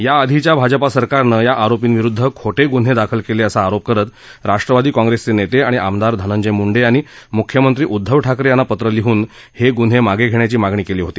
याआधीच्या भाजपा सरकारनं या आरोपींविरुद्ध खोटे ग्न्हे दाखल केले असा आरोप करत राष्ट्रवादीचे नेते आणि आमदार धनंजय मुंडे यांनी मुख्यमंत्री उदधव ठाकरे यांना पत्र लिहन हे गुन्हे मागे घेण्याची मागणी केली होती